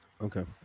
Okay